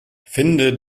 finde